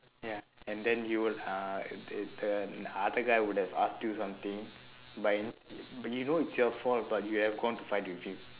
ya and then he will uh the other guy would have asked you something but it's but you know it's your fault but you have to fight your dream